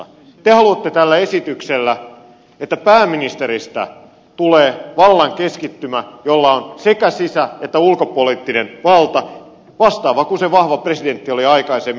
te haluatte tällä esityksellä että pääministeristä tulee vallan keskittymä jolla on sekä sisä että ulkopoliittinen valta vastaava kuin se vahva presidentti oli aikaisemmin